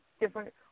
different